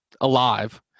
alive